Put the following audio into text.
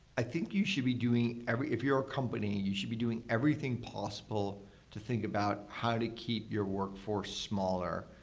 i think you should be doing if you're a company, you should be doing everything possible to think about how to keep your workforce smaller,